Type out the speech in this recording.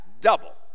double